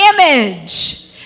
image